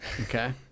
Okay